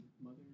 mother